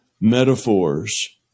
metaphors